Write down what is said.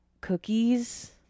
cookies